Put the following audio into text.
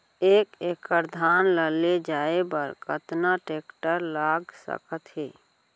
एक एकड़ धान ल ले जाये बर कतना टेकटर लाग सकत हे?